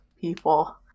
people